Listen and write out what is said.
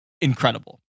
incredible